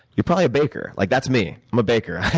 you're probably a baker. like that's me, i'm a baker.